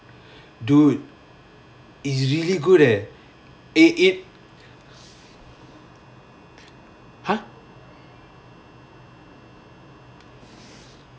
dude is really good eh eh it !huh!